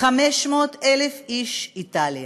500,000 איש, איטליה.